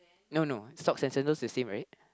no no socks and sandals the same right